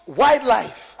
wildlife